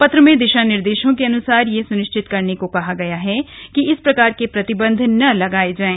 पत्र में दिशा निर्देशों के अनुसार यह सुनिश्चित करने को कहा है कि इस प्रकार के प्रतिबंध न लगाए जाएं